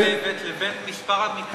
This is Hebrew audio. בין הכלבת לבין מספר המקרים,